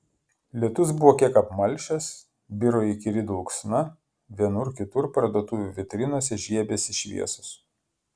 lietus buvo kiek apmalšęs biro įkyri dulksna vienur kitur parduotuvių vitrinose žiebėsi šviesos